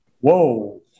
whoa